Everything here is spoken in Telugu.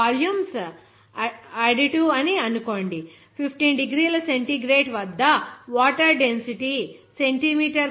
15 డిగ్రీల సెంటీగ్రేడ్ వద్ద వాటర్ డెన్సిటీ సెంటీమీటర్ క్యూబ్కు 0